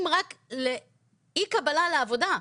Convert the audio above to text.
אם רק לאי קבלה לעבודה,